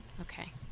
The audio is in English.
okay